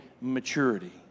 maturity